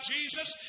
Jesus